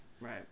Right